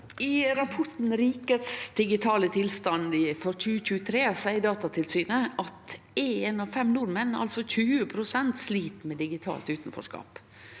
I rapporten «Rikets digitale tilstand 2023» seier Datatilsynet at ein av fem nordmenn, altså 20 pst., slit med digitalt utanforskap.